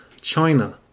China